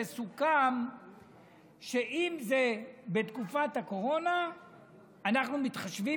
וסוכם שאם זה בתקופת הקורונה אנחנו מתחשבים